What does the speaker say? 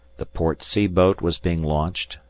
the port sea boat was being launched,